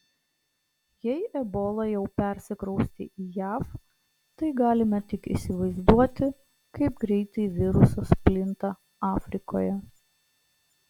jei ebola jau persikraustė į jav tai galime tik įsivaizduoti kaip greitai virusas plinta afrikoje